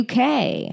UK